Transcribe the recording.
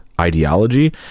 ideology